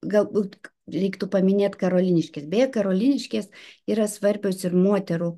galbūt reiktų paminėt karoliniškes beje karoliniškės yra svarbios ir moterų